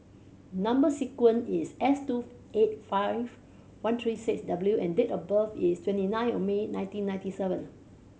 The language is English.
number sequence is S two eight seven five one three six W and date of birth is twenty nine of May nineteen ninety seven